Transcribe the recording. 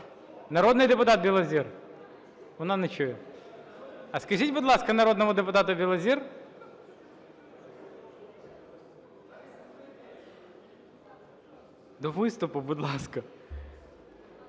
Народний депутат Білозір. Вона не чує. А скажіть, будь ласка, народному депутату Білозір… До виступу, будь ласка.